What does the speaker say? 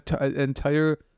entire